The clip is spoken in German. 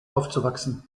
aufzuwachsen